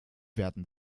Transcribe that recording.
werden